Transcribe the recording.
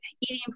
eating